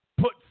put